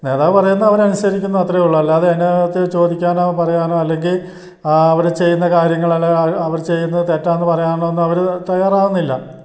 നേതാവ് പറയുന്നത് അവർ അനുസരിക്കുന്നു അത്രയേ ഉള്ളു അല്ലാതെ അതിനകത്ത് ചോദിക്കാനോ പറയാനോ അല്ലെങ്കിൽ അവർ ചെയ്യുന്ന കാര്യങ്ങളല്ലാതെ അവർ ചെയ്യുന്നത് തെറ്റാണെന്നു പറയാനോ ഒന്നും അവർ തയ്യാറാവുന്നില്ല